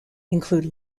include